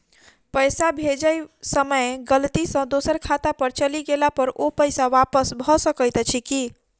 पैसा भेजय समय गलती सँ दोसर खाता पर चलि गेला पर ओ पैसा वापस भऽ सकैत अछि की?